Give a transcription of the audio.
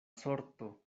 sorto